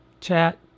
chat